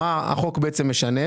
מה החוק בעצם משנה,